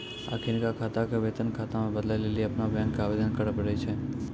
अखिनका खाता के वेतन खाता मे बदलै लेली अपनो बैंको के आवेदन करे पड़ै छै